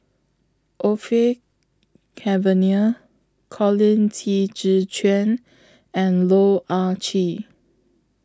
Orfeur Cavenagh Colin Qi Zhe Quan and Loh Ah Chee